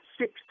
six